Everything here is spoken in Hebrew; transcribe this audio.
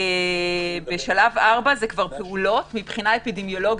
שלב 4 פעולות מבחינה אפידמיולוגית,